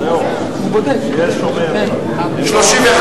לסעיף 36,